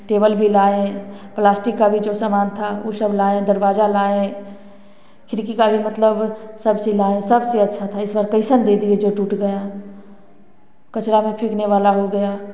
table भी लाए plastic का भी जो सामान था ऊ सब लाए दरवाजा लाए खिड़की का भी मतलब सब चीज लाए सब चीज अच्छा था इस वक्त कईसन दे दिए कि जो टूट गया कचरा में फेंकने वाला हो गया